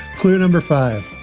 clear number five.